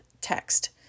text